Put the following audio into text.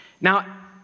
Now